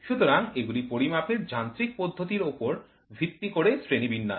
সুতরাং এগুলি পরিমাপের যান্ত্রিক পদ্ধতির ওপর ভিত্তি করে শ্রেণীবিন্যাস